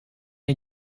een